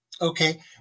okay